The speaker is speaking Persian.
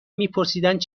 میپرسیدند